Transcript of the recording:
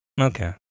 Okay